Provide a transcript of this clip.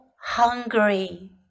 hungry